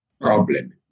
problem